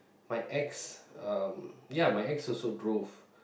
my ex um ya my ex also drove